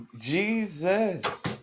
Jesus